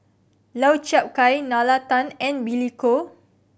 Lau Chiap Khai Nalla Tan and Billy Koh